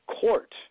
court